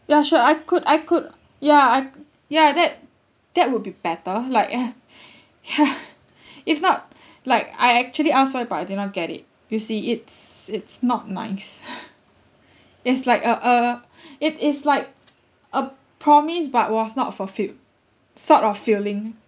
ya sure I could I could ya I ya that that would be better like ha is not like I actually ask for it but I did not get it you see it's it's not nice it's like a a it is like a promise but was not fulfilled sort of feeling